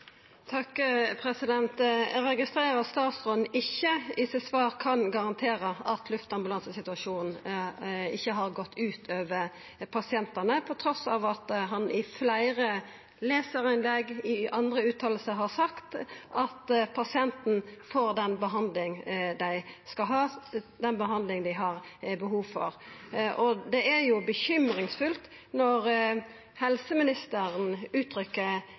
Eg registrerer at statsråden i svaret sitt ikkje kan garantera at luftambulansesituasjonen ikkje har gått ut over pasientane, trass i at han i fleire lesarinnlegg og i andre utsegner har sagt at pasientane får den behandlinga dei skal ha, den behandlinga dei har behov for. Det er bekymringsfullt når helseministeren